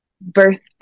birthday